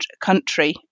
country